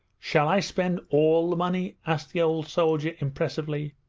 shall i spend all the money asked the old soldier impressively.